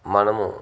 మనము